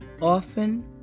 often